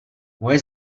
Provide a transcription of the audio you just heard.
moje